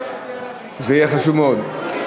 זה יהיה חשוב מאוד.